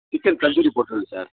chicken tandoori போட்டிருங்க sir